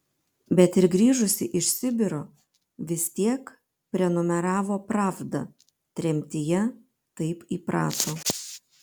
bet ir grįžusi iš sibiro vis tiek prenumeravo pravdą tremtyje taip įprato